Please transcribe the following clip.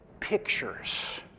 Pictures